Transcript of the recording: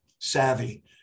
savvy